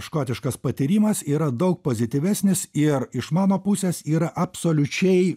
škotiškas patyrimas yra daug pozityvesnis ir iš mano pusės yra absoliučiai